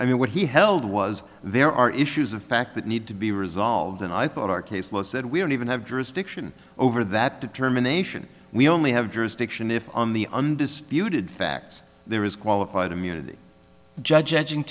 i mean what he held was there are issues of fact that need to be resolved and i thought our case law said we don't even have jurisdiction over that determination we only have jurisdiction if on the undisputed facts there is qualified immunity judg